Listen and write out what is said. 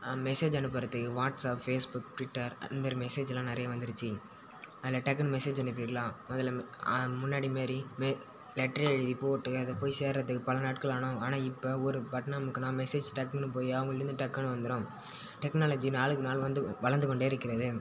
message அனுப்புறதுக்கு WhatsApp Facebook Twitter அதுமாரி மெசேஜெல்லாம் நிறைய வந்துருச்சு அதில் டக்குன்னு மெசேஜ் அனுப்பிடலாம் முதலலாம் முன்னாடி மாரி மே லெட்டர் எழுதி போட்டு அது போய் சேர்கிறதுக்கு பல நாட்கள் ஆகும் ஆனால் இப்போ ஒரு பட்டன் அமிக்குனா மெசேஜ் டக்குன்னு போய் அவங்கள்டேந்து டக்குன்னு வந்துடும் டெக்னாலஜி நாளுக்கு நாள் வந்து வளர்ந்து கொண்டே இருக்கிறது